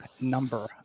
number